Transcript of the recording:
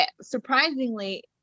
surprisingly